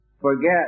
forget